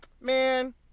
man